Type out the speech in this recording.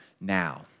now